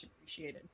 appreciated